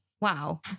wow